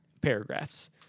paragraphs